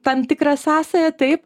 tam tikrą sąsają taip